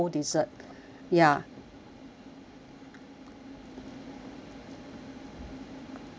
ya